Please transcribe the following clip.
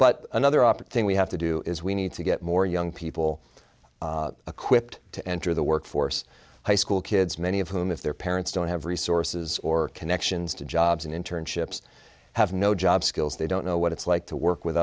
but another opting we have to do is we need to get more young people quipped to enter the workforce high school kids many of whom if their parents don't have resources or connections to jobs and internships have no job skills they don't know what it's like to work with